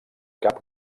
cap